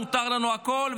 מותר לנו הכול,